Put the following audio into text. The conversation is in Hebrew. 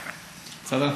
בסדר?